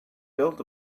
built